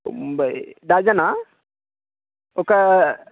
తొంభై డజనా ఒక